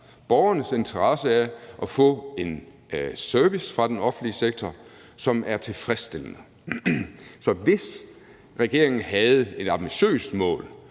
Borgernes interesse er at få en service fra den offentlige sektor, som er tilfredsstillende. Så hvis regeringen havde et ambitiøst mål,